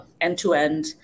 end-to-end